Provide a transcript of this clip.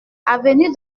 avenue